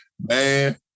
Man